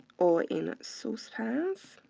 or in saucepans,